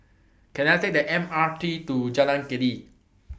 Can I Take The M R T to Jalan Keli